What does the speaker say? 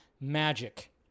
magic